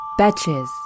Betches